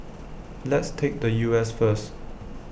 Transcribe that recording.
let's take the U S first